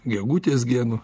gegutės genu